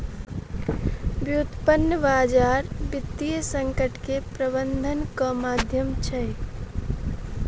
व्युत्पन्न बजार वित्तीय संकट के प्रबंधनक माध्यम छै